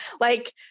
Like-